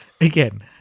Again